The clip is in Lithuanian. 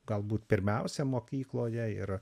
galbūt pirmiausia mokykloje ir